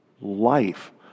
life